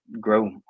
grow